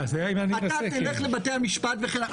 אתה תלך לבתי המשפט וכן הלאה.